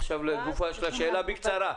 עכשיו לגופה של השאלה בקצרה.